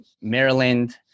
Maryland